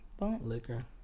liquor